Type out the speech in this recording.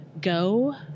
go